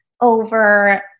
over